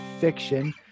fiction